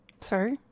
Sorry